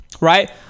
right